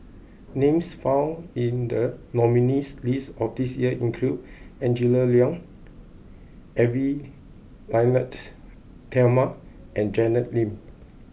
names found in the nominees' list of this year include Angela Liong Edwy Lyonet Talma and Janet Lim